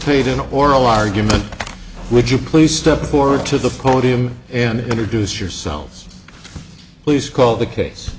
plead in oral argument would you please step forward to the podium and introduce yourselves please call the case